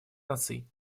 наций